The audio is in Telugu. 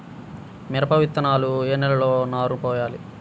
మిరప విత్తనాలు ఏ నెలలో నారు పోయాలి?